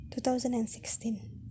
2016